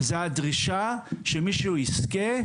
זה הדרישה שמי שיזכה,